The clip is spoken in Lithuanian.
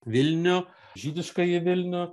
vilnių žydiškąjį vilnių